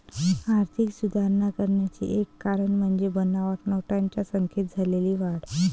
आर्थिक सुधारणा करण्याचे एक कारण म्हणजे बनावट नोटांच्या संख्येत झालेली वाढ